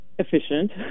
efficient